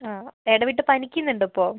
ആ ഇടവിട്ട് പനിക്കുന്നുണ്ടോ ഇപ്പോൾ